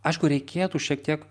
aišku reikėtų šiek tiek